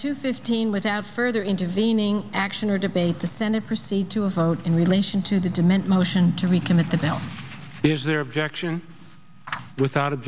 two fifteen without further intervening action or debate the senate proceed to a vote in relation to the demand motion to recommit that now is their objection without